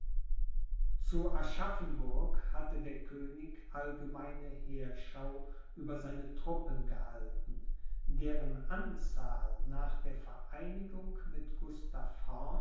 zu aschaffenburg hatte der könig allgemeine heerschau über seine truppen gehalten deren anzahl nach der vereinigung mit